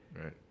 Right